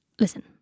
Listen